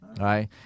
Right